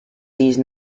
these